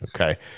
Okay